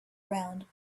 round